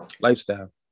lifestyle